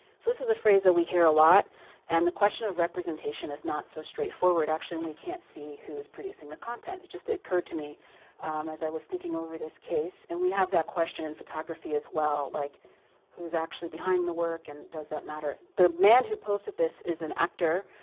so this is a phrase that we hear a lot and the question of representation is not so straightforward, actually and we can't see who is producing the content. it just occurred to me as i was thinking over this case and we have that question in photography as well. like who's actually behind the work and does that matter? the man who posted that is an actor,